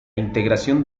integración